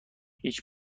هیچ